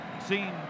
seen